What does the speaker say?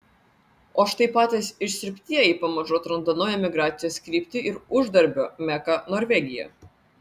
o štai patys išsiurbtieji pamažu atranda naują migracijos kryptį ir uždarbio meką norvegiją